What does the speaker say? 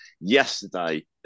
yesterday